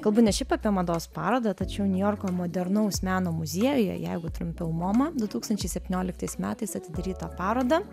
kalbu ne šiaip apie mados parodą tačiau niujorko modernaus meno muziejuje jeigu trumpiau moma du tūkstančiai septynioliktais metais atidarytą parodą